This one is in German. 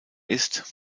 ist